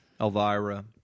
Elvira